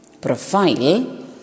Profile